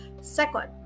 second